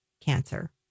cancer